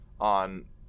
on